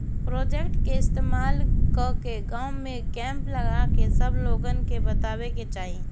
projector के इस्तेमाल कके गाँव में कैंप लगा के सब लोगन के बतावे के चाहीं